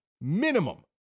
Minimum